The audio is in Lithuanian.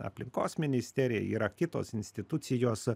aplinkos ministerija yra kitos institucijos